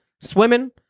swimming